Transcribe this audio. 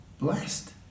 blessed